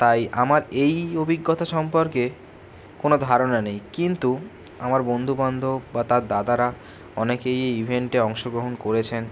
তাই আমার এই অভিজ্ঞতা সম্পর্কে কোনো ধারণা নেই কিন্তু আমার বন্ধুবান্ধব বা তার দাদারা অনেকেই এই ইভেন্টে অংশগ্রহণ করেছেন